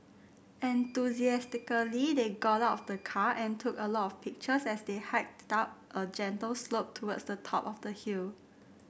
enthusiastically they got out of the car and took a lot of pictures as they hiked up a gentle slope towards the top of the hill